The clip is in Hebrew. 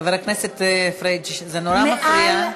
חבר הכנסת פריג', זה נורא מפריע.